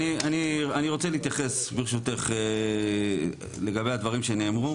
אני רוצה להתייחס ברשותך לגבי הדברים שנאמרו.